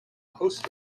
host